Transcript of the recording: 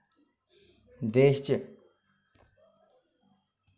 देश च